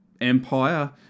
empire